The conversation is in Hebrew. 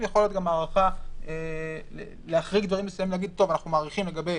אפשר גם להחריג דברים מסוימים ולהגיד: אנחנו מאריכים לגבי